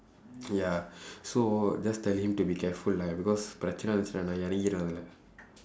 ya so just tell him to be careful lah because பிரச்சினை வந்துச்சுன்னா நான் வந்து இறங்கிடுவேன் அதுல:pirachsinai vandthuchsunnaa naan vandthu irangkiduveen athula